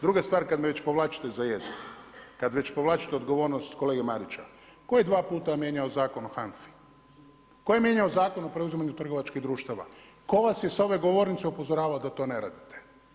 Druga stvar kada me već povlačite za jezik, kada već povlačite odgovornost kolege Marića, tko je dva puta mijenjao Zakon o HANFA-i, tko je mijenjao Zakona o preuzimanju trgovačkih društava, tko vas je s ove govornice upozoravao da to ne radite?